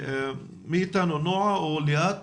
נעה בבקשה.